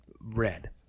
Red